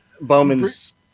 Bowman's